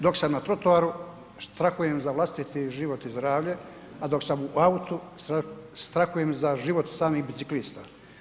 Dok sam na trotoaru, strahujem za vlastiti život i zdravlje, a dok sam u autu, strahujem za život samih biciklista.